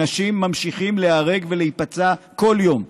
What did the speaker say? אנשים ממשיכים להיהרג ולהיפצע כל יום.